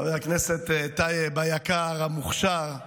חבר הכנסת טייב היקר, המוכשר,